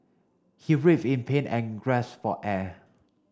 he writhed in pain and gasped for air